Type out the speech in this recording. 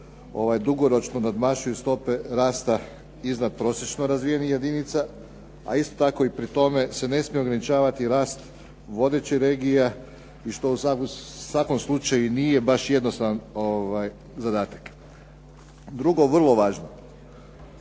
dugoročno nadmašuju stope rasta iznadprosječno razvijenih jedinica, a isto tako i pri tome se ne smije ograničavati rast vodećih regija i što u svakom slučaju i nije baš jednostavan zadatak. Drugo vrlo važno,